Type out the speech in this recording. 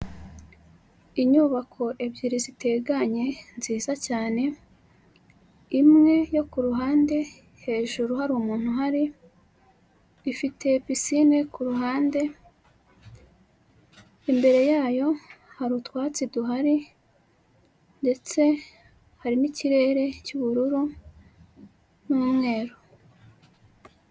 Inyubako ebyiri zitekanyeye nziza cyane, imwe yo ku ruhande hejuru hari umuntu uhari, ifite pisine ku ruhande, imbere yayo hari utwatsi duhari, ndetse hari n'ikirere cy'ubururu n'umweru.